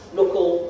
local